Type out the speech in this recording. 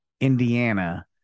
Indiana